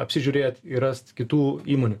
apsižiūrėt ir rast kitų įmonių